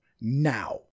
now